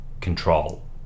Control